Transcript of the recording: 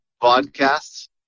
podcasts